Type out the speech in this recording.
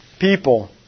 People